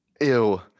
Ew